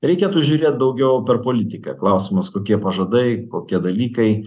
reikėtų žiūrėt daugiau per politiką klausimas kokie pažadai kokie dalykai